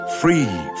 Free